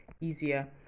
easier